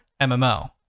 MMO